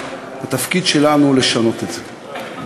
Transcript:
התפקיד שלנו הוא לשנות את זה.